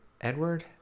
Edward